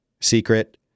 secret